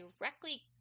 directly